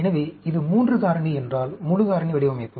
எனவே இது 3 காரணி என்றால் முழு காரணி வடிவமைப்பு